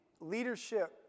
leadership